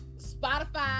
Spotify